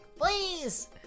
please